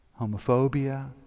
homophobia